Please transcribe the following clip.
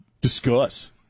Discuss